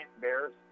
Bears